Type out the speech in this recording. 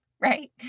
right